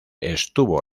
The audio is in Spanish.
estuvo